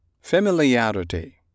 Familiarity